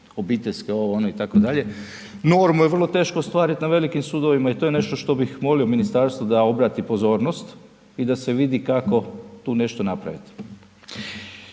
obiteljske ovo, ono itd., normu je vrlo teško ostvarit na velikim sudovima i to je ne što što bih molio ministarstvo da obrati pozornost i da se vidi kako tu nešto napraviti.